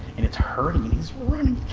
and it's hurting he's running.